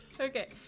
Okay